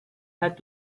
had